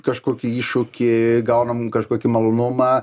kažkokį iššūkį gaunam kažkokį malonumą